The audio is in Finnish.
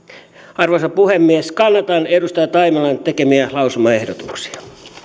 arvoisa puhemies kannatan edustaja taimelan tekemiä lausumaehdotuksia